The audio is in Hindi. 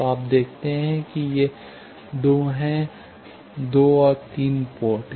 तो आप देखते हैं कि ये 2 हैं 2 और 3 पोर्ट